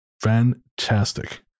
Fantastic